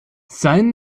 sein